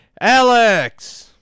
Alex